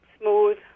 smooth